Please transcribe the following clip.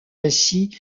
ainsi